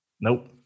Nope